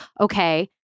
okay